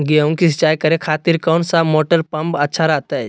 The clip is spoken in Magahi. गेहूं के सिंचाई करे खातिर कौन सा मोटर पंप अच्छा रहतय?